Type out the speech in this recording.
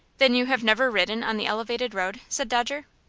then you have never ridden on the elevated road? said dodger.